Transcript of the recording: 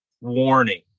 warning